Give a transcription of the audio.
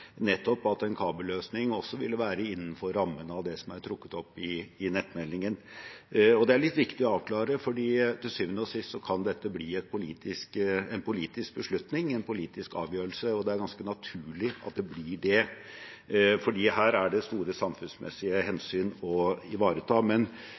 nettopp at en kabelløsning også ville være innenfor rammene av det som er trukket opp i nettmeldingen. Det er litt viktig å avklare, for til syvende og sist kan dette bli en politisk beslutning, en politisk avgjørelse, og det er ganske naturlig at det blir det. Her er det store samfunnsmessige hensyn å ivareta. Men